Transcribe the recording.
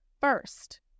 first